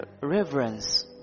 reverence